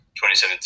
2017